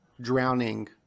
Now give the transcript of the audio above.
drowning